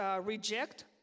reject